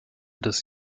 des